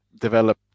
develop